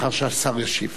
לאחר שהשר ישיב.